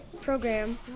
program